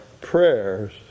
prayers